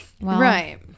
right